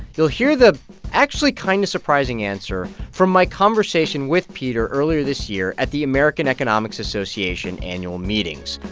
you'll hear the actually kind of surprising answer from my conversation with peter earlier this year at the american economics association annual meetings,